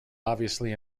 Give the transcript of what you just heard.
obviously